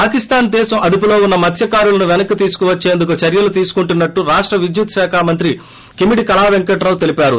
పాకిస్టాన్ దేశం అదుపులో ఉన్న మత్స్వకారులను వెనక్కి తీసుకు వచ్చేందుకు చర్యలు తీసుకుంటున్నట్టు రాష్ట విద్యుత్ శాఖ మంత్రి కిమిడి కళా పెంకటరావు తెలిపారు